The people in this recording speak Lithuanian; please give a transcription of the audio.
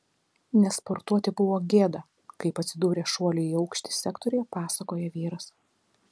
nesportuoti buvo gėda kaip atsidūrė šuolių į aukštį sektoriuje pasakoja vyras